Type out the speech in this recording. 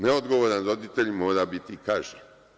Neodgovoran roditelj mora biti kažnjen.